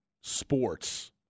sports